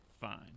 fine